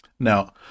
Now